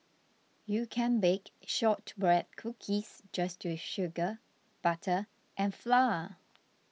you can bake Shortbread Cookies just with sugar butter and flour